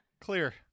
Clear